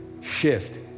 Shift